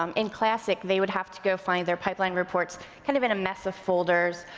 um in classic, they would have to go find their pipeline reports kind of in a mess of folders.